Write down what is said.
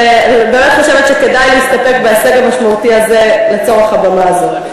ובאמת אני חושבת שכדאי להסתפק בהישג המשמעותי הזה לצורך הבמה הזו.